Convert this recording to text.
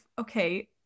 Okay